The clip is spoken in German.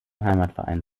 heimatverein